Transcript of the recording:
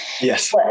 Yes